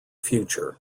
future